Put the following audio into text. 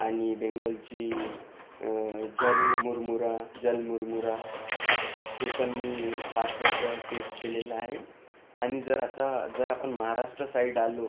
आणि बेंगॉलची झल मुरमुरा जल मुरमुरा हे पण मी फारसं असं टेस्ट केलेलं आहे आणि जर आता जर आपण महाराष्ट्र साईड आलो